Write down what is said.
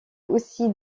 aussi